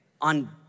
on